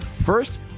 First